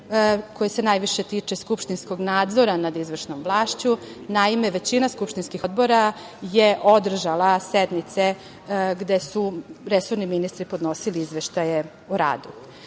koji se najviše tiče skupštinskog nadzora nad izvršnom vlašću. Naime, većina skupštinskih odbora je održala sednice gde su resorni ministri podnosili izveštaje o